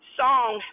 song